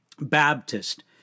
Baptist